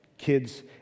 kids